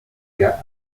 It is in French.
cas